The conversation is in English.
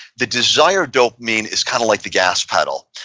the desire dopamine is kind of like the gas pedal.